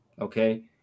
Okay